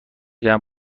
دهم